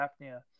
apnea